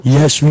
Yes